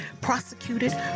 prosecuted